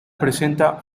presenta